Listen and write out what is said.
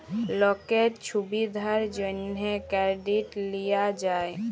লকের ছুবিধার জ্যনহে কেরডিট লিয়া যায়